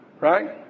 Right